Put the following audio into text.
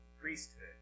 priesthood